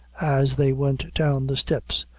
as they went down the steps,